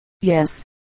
yes